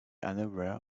unaware